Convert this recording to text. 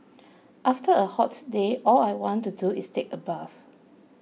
after a hot day all I want to do is take a bath